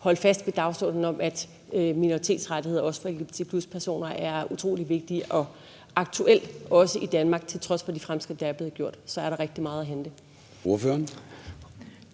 holde fast i dagsordenen om, at minoritetsrettigheder, også for lgbt+-personer, er utrolig vigtige, og aktuelt er der også i Danmark, til trods for de fremskridt, der er blevet gjort, rigtig meget at hente. Kl.